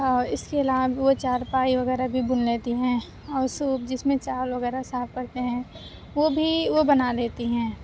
اور اس کے علاوہ وہ چارپائی وغیرہ بھی بُن لیتی ہیں اور سوپ جس میں چاول وغیرہ صاف کرتے ہیں وہ بھی وہ بنا لیتی ہیں